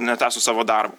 netęstų savo darbo